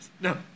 No